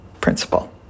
principle